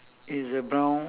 so I just circle ah